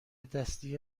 دستی